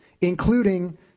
including